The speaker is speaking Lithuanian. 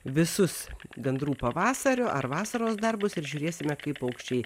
visus gandrų pavasario ar vasaros darbus ir žiūrėsime kaip paukščiai